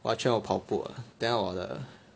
我要 train 我跑步 uh 等一下我的